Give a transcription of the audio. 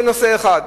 זה נושא אחד.